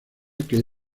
que